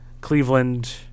Cleveland